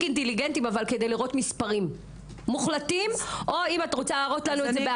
אינטליגנטים כדי לראות מספרים מוחלטים או אחוזים.